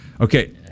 Okay